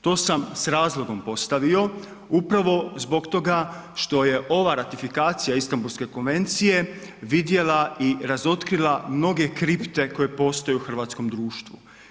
To sam s razlogom postavio upravo zbog toga što je ova ratifikacija Istanbulske konvencije vidjela i razotkrila mnoge kripte koje postoje u hrvatskom društvu.